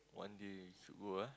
one day should go ah